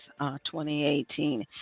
2018